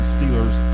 Steelers